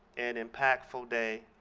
and impactful day